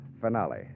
finale